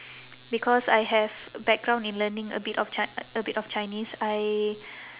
because I have background in learning a bit of ch~ a bit of chinese I